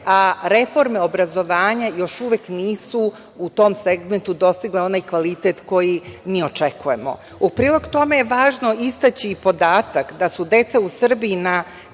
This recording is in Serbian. a reforme obrazovanja još uvek nisu u tom segmentu dostigle onaj kvalitet koji mi očekujemo.U prilog tome je važno istaći i podatak da su deca u Srbiji na